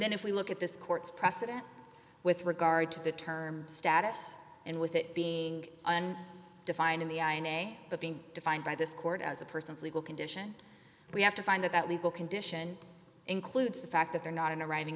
then if we look at this court's precedent with regard to the term status and with it being defined in the i a e a but being defined by this court as a person's legal condition we have to find that that legal condition includes the fact that they're not in a writing